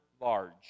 large